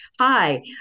hi